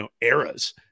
eras